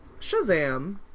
Shazam